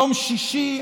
יום שישי,